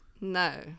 no